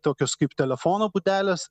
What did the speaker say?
tokios kaip telefono būdelės